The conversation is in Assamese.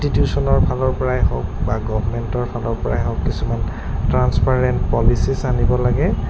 ইনষ্টটিটিউশ্যনৰফালৰপৰাই হওক বা গভমেণ্টৰফালৰপৰাই হওক কিছুমান ট্ৰানসপোৰেণ্ট পলিচিছ আনিব লাগে